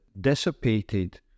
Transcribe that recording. dissipated